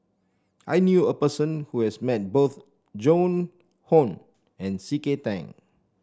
I knew a person who has met both Joan Hon and C K Tang